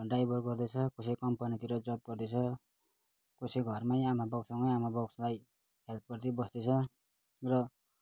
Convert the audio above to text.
driver गर्दैछ कसै कम्पनीतिर जब गर्दैछ कसै घरमै आमा बाउसँगै आमा बाउलाई हेल्प गर्दै बस्दैछ र